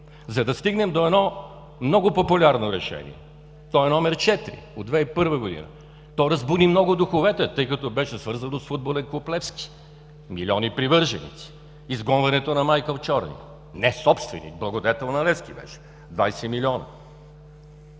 за да стигнем до едно много популярно Решение. То е № 4 от 2001 г., разбуни много духовете, тъй като беше свързано с футболен клуб „Левски“, с милиони привърженици, изгонването на Майкъл Чорни, не собственик, благодетел на „Левски“ беше, 20 милиона.